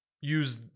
use